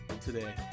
today